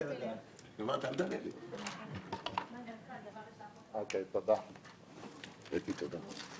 ננעלה בשעה 12:03.